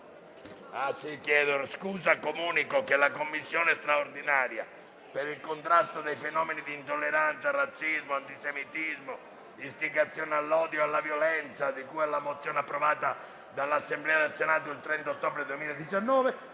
Comunico che la Commissione straordinaria per il contrasto dei fenomeni di intolleranza, razzismo, antisemitismo e istigazione all'odio e alla violenza, di cui alla mozione approvata dall'Assemblea del Senato il 30 ottobre 2019,